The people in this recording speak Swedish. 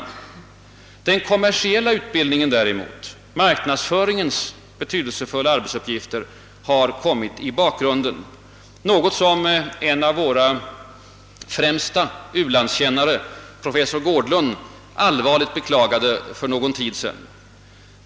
Den kommersiella utbildningen däremot, marknadsföringens betydelsefulla arbetsuppgifter, har kommit i bakgrunden, något som en av våra främsta u-landskännare, professor Gårdlund, allvarligt beklagade för någon tid sedan.